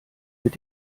mit